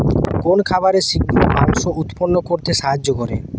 কোন খাবারে শিঘ্র মাংস উৎপন্ন করতে সাহায্য করে?